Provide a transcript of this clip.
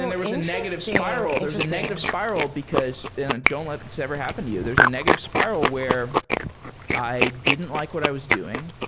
then there was a negative spiral. there's a negative spiral, because don't let this ever happen to you. there's a negative spiral where i didn't like what i was doing.